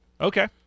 Okay